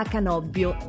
Canobbio